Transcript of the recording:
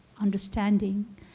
understanding